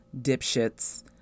Dipshits